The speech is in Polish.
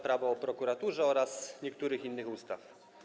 Prawo o prokuraturze oraz niektórych innych ustaw.